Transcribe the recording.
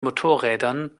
motorrädern